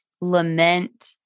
lament